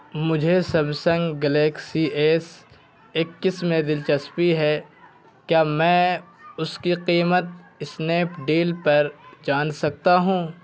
مجھے Samsung Galaxy S اکیس میں دلچسپی ہے کیا میں اس کی قیمت اسنیپڈیل پر جان سکتا ہوں